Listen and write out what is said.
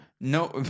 no